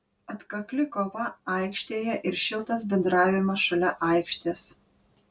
atkakli kova aikštėje ir šiltas bendravimas šalia aikštės